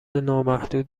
نامحدود